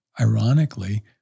ironically